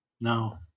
No